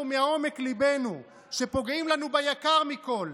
מעומק ליבנו שפוגעים לנו ביקר מכול.